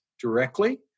directly